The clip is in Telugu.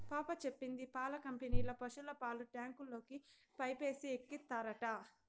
పాప చెప్పింది పాల కంపెనీల పశుల పాలు ట్యాంకుల్లోకి పైపేసి ఎక్కిత్తారట